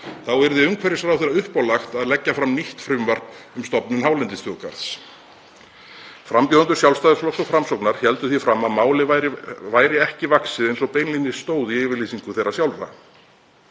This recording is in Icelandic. yrði umhverfisráðherra uppálagt að leggja fram nýtt frumvarp um stofnun hálendisþjóðgarðs. Frambjóðendur Sjálfstæðisflokks og Framsóknar héldu því fram að málið væri ekki vaxið eins og beinlínis stóð í yfirlýsingu þeirra sjálfra.